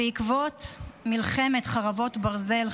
בעקבות מלחמת חרבות ברזל,